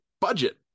budget